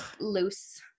loose